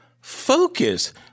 focus